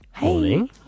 Morning